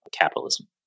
capitalism